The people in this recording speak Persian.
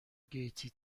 گیتی